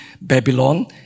Babylon